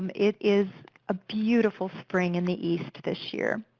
it is a beautiful spring in the east this year.